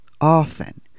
often